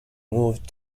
moved